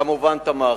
כמובן תמכתי.